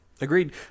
Agreed